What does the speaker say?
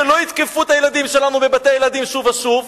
שלא יתקפו את הילדים שלנו בבתי-הילדים שוב ושוב,